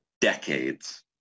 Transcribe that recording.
decades